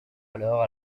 alors